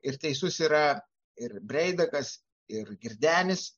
ir teisus yra ir breidakas ir girdenis